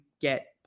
get